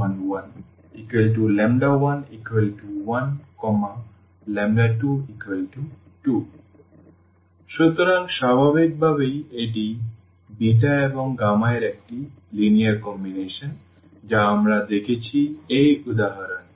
1 1 1122 সুতরাং স্বাভাবিকভাবেই এটি এবং এর একটি লিনিয়ার কম্বিনেশন যা আমরা দেখেছি এই উদাহরণে